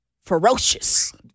ferocious